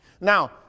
Now